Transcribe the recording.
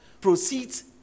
proceeds